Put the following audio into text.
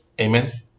Amen